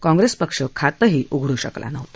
काँग्रेस पक्ष खातंही उघडू शकला नव्हता